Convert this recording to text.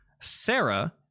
Sarah